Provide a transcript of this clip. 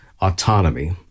autonomy